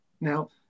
Now